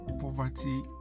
poverty